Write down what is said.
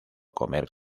comer